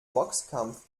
boxkampf